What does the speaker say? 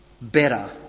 better